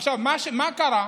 עכשיו, מה קרה?